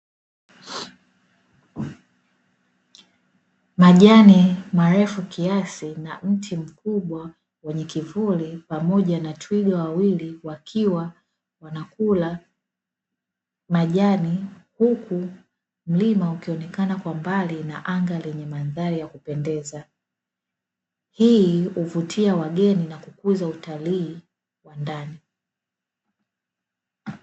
Majani marefu kiasi na mti mkubwa wenye kivuli pamoja na twiga wawili wakiwa wanakula majani, huku mlima ukionekana kwa mbali na anga lenye mandhari ya kupendeza. Hii huvutia wageni na kukuza utalii wa ndani.